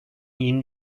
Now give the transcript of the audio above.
yirmi